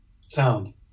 sound